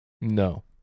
No